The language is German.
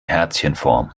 herzchenform